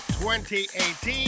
2018